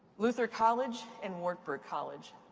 luther college and wartburg college.